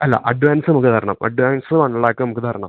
അല്ല അഡ്വാൻസമ്മക്ക് തരണം അഡ്വാൻസ് വൺ ലാക്കമ്മക്ക് തരണം